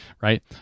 right